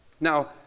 Now